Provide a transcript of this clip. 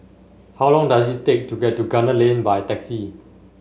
how long does it take to get to Gunner Lane by taxi